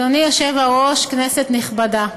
אדוני היושב-ראש, כנסת נכבדה,